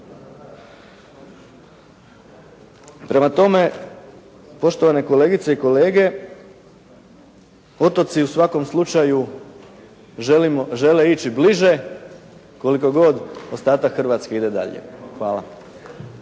Prema tome, poštovane kolegice i kolege, otoci u svakom slučaju žele ići bliže koliko god ostatak Hrvatske ide dalje. Hvala.